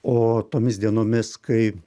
o tomis dienomis kai